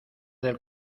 del